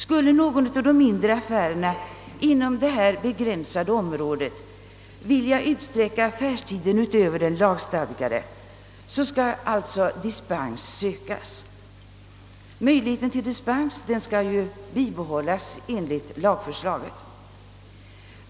Skulle någon av de mindre affärerna inom detta begränsade område vilja utsträcka affärstiden utöver den lagstadgade, måste dispens sökas. Möjligheten till dispens skall bibehållas enligt lagförslaget.